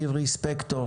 שירי ספקטור,